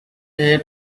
say